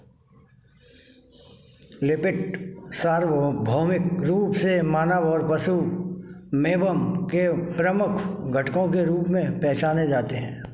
lipid सार्वभौमिक रूप से मानव और पशु के प्रमुख घटकों के रूप में पहचाने जाते हैं